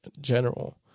general